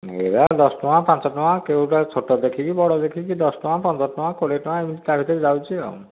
ଏରା ଦଶ ଟଙ୍କା ପାଞ୍ଚ ଟଙ୍କା କେଉଁଟା ଛୋଟ ଦେଖିକି ବଡ଼ ଦେଖିକି ଦଶ ଟଙ୍କା ପନ୍ଦର ଟଙ୍କା କୋଡ଼ିଏ ଟଙ୍କା ଏମିତି ତା ଭିତରେ ଯାଉଛି ଆଉ